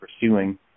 pursuing